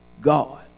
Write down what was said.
God